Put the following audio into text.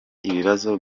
ibibazo